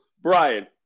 Brian